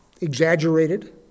exaggerated